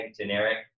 generic